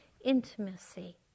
intimacy